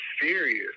serious